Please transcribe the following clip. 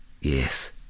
Yes